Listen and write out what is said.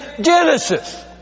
Genesis